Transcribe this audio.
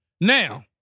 Now